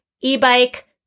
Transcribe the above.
e-bike